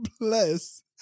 bless